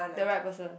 the right person